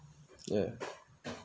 ya